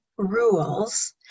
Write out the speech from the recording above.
rules